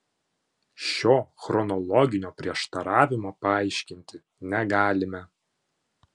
šio chronologinio prieštaravimo paaiškinti negalime